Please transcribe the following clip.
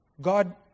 God